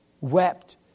Wept